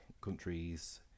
countries